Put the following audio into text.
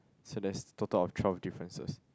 so there's total of twelve differences